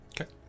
Okay